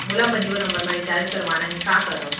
मोला अपन जियो नंबर म रिचार्ज करवाना हे, का करव?